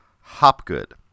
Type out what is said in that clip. Hopgood